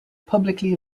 publicly